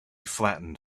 flattened